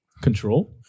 Control